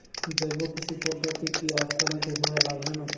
জৈব কৃষি পদ্ধতি কি অর্থনৈতিকভাবে লাভজনক?